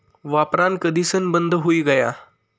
वापरान कधीसन बंद हुई गया